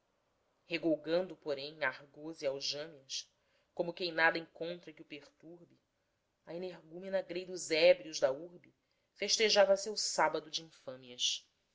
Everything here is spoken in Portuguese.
regougando porém argots e aljâmias como quem nada encontra que o perturbe a energúmena gei dos ébrios da urbe festejava seu sábado de infâmias